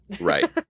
right